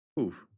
Oof